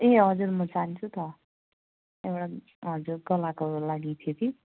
ए हजुर म चाहन्छु त एउटा हजुर तोलाको लागि थियो कि